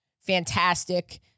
fantastic